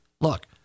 look